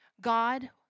God